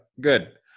Good